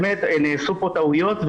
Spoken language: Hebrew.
נעשו פה טעויות,